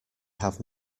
have